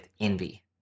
envy